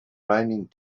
raining